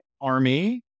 Army